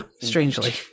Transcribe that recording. strangely